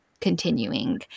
continuing